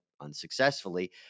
unsuccessfully